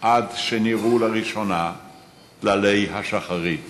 עד שנראו לראשונה טללי השחרית